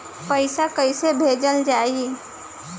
पैसा कैसे भेजल जाइ?